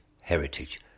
Heritage